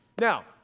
Now